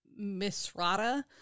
Misrata